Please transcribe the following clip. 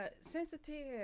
sensitive